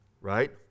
right